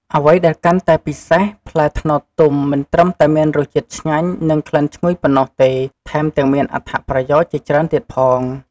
អ្វីដែលកាន់តែពិសេស ផ្លែត្នោតទុំ មិនត្រឹមតែមានរសជាតិឆ្ងាញ់ និងក្លិនឈ្ងុយប៉ុណ្ណោះទេ ថែមទាំងមានអត្ថប្រយោជន៍ជាច្រើនទៀតផង។